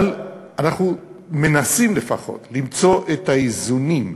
אבל אנחנו מנסים לפחות למצוא את האיזונים.